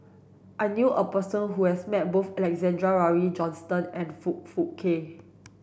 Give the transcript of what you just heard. I knew a person who has met both Alexander Laurie Johnston and Foong Fook Kay